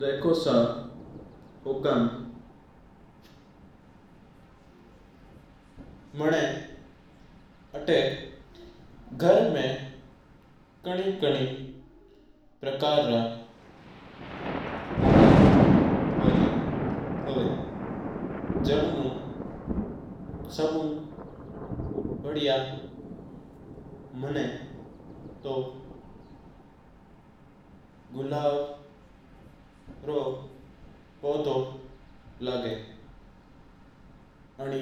देखो सा हुकम मना आता घर में काणी काणी प्रकार के पौधा पौधी हुंवा। जन्मो सबसूं बढ़िया मना तू गुलाब रू पौधी लागी। आने